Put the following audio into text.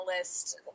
list